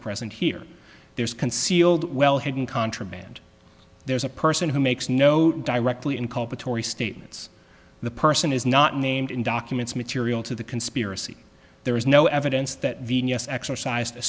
present here there's concealed well hidden contraband there's a person who makes no directly inculpatory statements the person is not named in documents material to the conspiracy there is no evidence that venus exercised a